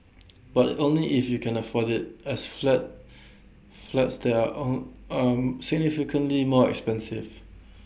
but only if you can afford IT as flats flats there are on on significantly more expensive